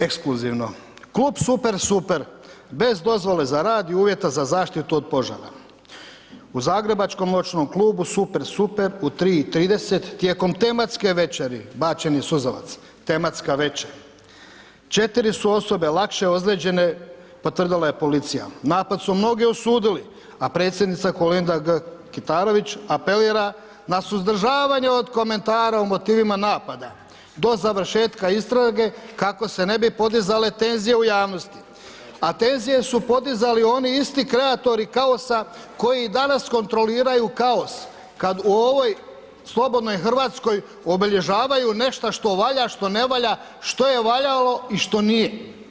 Ekskluzivno, klub Super Super, bez dozvole za rad i uvjeta za zaštitu od požara u zagrebačkom noćnom klubu Super Super u 3,30 tijekom tematske večeri bačen je suzavac, tematska večer, 4 su osobe lakše ozlijeđene potvrdila je policija, napad su mnogi osudili, a predsjednica Kolinda G.Kitarović apelira na suzdržavanje od komentara o motivima napada do završetka istrage kako se ne bi podizale tenzije u javnosti, a tenzije su podizali oni isti kreatori kaosa koji i danas kontroliraju kaos kad u ovoj slobodnoj Hrvatskoj obilježavaju nešta što valja, što ne valja, što je valjalo i što nije.